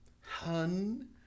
hun